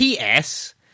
PS